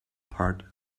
part